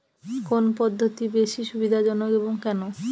কোন পদ্ধতি বেশি সুবিধাজনক এবং কেন?